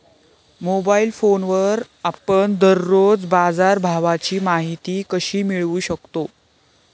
Mobile फोनवर आपण दररोज बाजारभावाची माहिती कशी मिळवू शकतो?